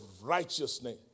righteousness